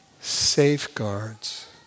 safeguards